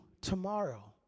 tomorrow